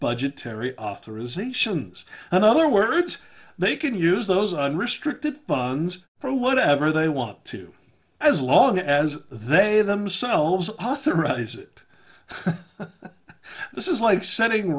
budgetary authorizations in other words they can use those unrestricted buns for whatever they want to as long as they themselves authorize it this is like setting